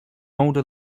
older